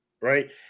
Right